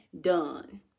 done